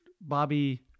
Bobby